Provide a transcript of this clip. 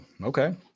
okay